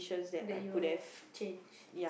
that you have changed